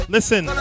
Listen